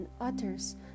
utters